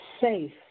safe